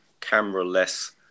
camera-less